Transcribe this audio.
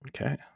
Okay